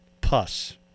Puss